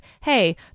Hey